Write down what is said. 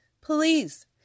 Please